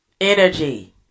energy